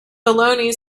baloney